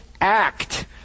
act